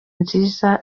nziza